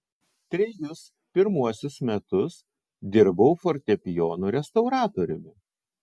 trejus pirmuosius metus dirbau fortepijonų restauratoriumi